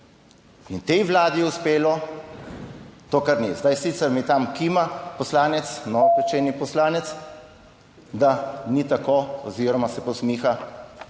in tej Vladi je uspelo to, kar ni. Zdaj sicer mi tam kima poslanec, novopečeni poslanec, da ni tako oziroma se posmiha.